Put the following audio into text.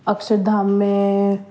अक्षरधाम में